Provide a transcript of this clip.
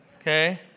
Okay